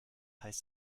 heißt